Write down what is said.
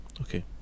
Okay